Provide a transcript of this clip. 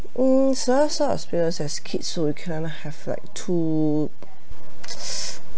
hmm so last so our experience has kids so we cannot have like too